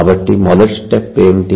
కాబట్టి మొదటి స్టెప్ ఏమిటి